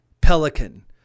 Pelican